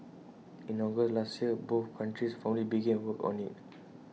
in August last year both countries formally began work on IT